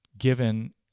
given